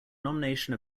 nomination